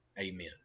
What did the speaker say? Amen